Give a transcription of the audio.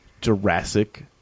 Jurassic